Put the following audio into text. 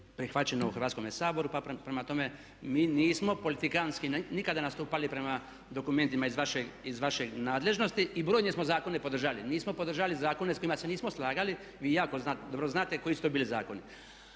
prihvaćeno u Hrvatskome saboru pa prema tome mi nismo politikantski nikada nastupali prema dokumentima iz vaše nadležnosti i brojne smo zakone podržali. Nismo podržali zakone s kojima se nismo slagali. Vi jako dobro znate koji su to bili zakoni.